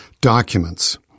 documents